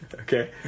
Okay